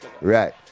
Right